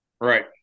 Right